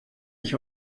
ich